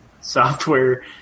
software